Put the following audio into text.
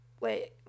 Wait